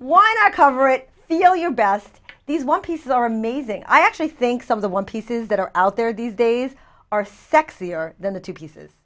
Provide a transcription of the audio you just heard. why not cover it feel your best these one pieces are amazing i actually think some of the one pieces that are out there these days are sexier than the two pieces